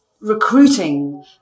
recruiting